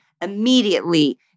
immediately